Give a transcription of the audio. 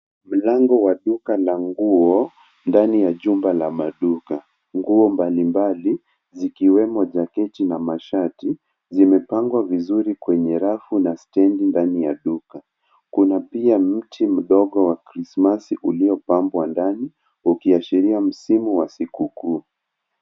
Mlango wa duka la nguo ndani ya jumba la maduka, nguo mbali mbali zikiwemo jaketi na mashati zimepangwa vizuri kwenye rafu na stendi ndani ya duka. Kuna pia mti mdogo wa krismasi uliopambwa ndani ukiashiria msimu wa siku kuu.